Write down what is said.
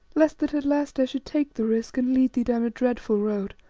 lest that at last i should take the risk and lead thee down a dreadful road.